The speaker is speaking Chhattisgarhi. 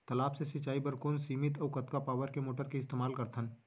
तालाब से सिंचाई बर कोन सीमित अऊ कतका पावर के मोटर के इस्तेमाल करथन?